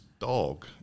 dog